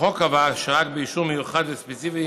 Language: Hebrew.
החוק קבע שרק באישור מיוחד וספציפי